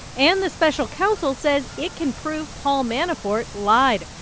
and the special counsel says it can prove paul manafort lied.